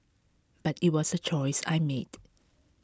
but it was a choice I made